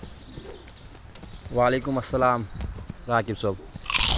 وعلیکُم اَسلام راقب صٲب